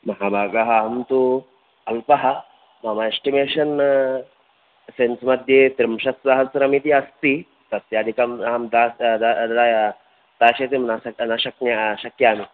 महाभागः अहं तु अल्पः मम एस्टिमेशन् सेण्ट् मध्ये त्रिंशत्सहस्रम् इति अस्ति तस्याधिकम् अहं दास् दा दास्यते न शक्ये न शक्यामि